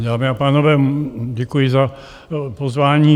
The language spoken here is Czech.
Dámy a pánové, děkuji za pozvání.